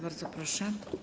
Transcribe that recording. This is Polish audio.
Bardzo proszę.